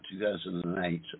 2008